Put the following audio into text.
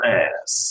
ass